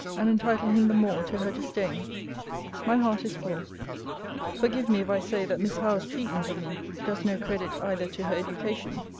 and entitle him the more to her disdain my heart is full forgive me, if i say, that miss howe's treatment of me does no credit either to her education,